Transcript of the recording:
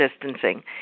distancing